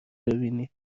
ببینی